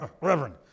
Reverend